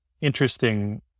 interesting